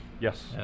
Yes